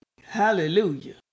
hallelujah